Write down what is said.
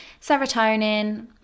serotonin